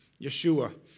Yeshua